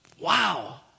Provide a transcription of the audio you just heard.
Wow